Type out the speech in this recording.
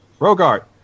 Rogart